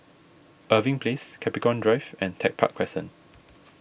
Irving Place Capricorn Drive and Tech Park Crescent